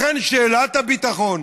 לכן, שאלת הביטחון